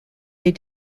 des